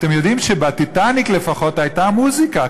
אתם יודעים שב"טיטניק" לפחות הייתה מוזיקה,